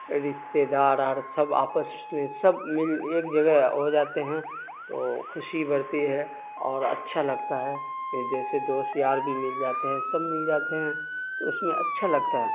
رشتےدار اور سب آپس مل ایک جگہ ہو جاتے ہیں تو خوشی بڑھتی ہے اور اچھا لگتا ہے پھر جیسے دوست یار بھی مل جاتے ہیں سب مل جاتے ہیں تو اس میں اچھا لگتا ہے